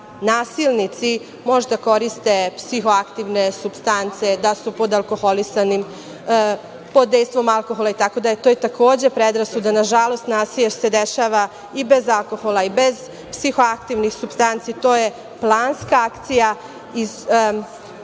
nasilnici možda koriste psihoaktivne supstance, da su pod dejstvom alkohola itd, to je takođe predrasuda. Nažalost, nasilje se dešava i bez alkohola i bez psihoaktivnih supstanci, to je planska akcija.